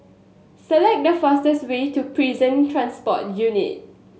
select the fastest way to Prison Transport Unit